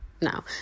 no